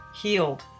healed